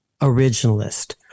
originalist